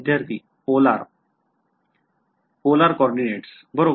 विध्यार्थी polar polar coordinates बरोबर